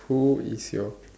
who is your